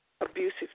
abusive